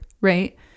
right